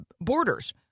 borders